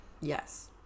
yes